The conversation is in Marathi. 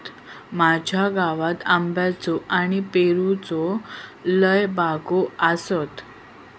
माझ्या गावात आंब्याच्ये आणि पेरूच्ये लय बागो आसत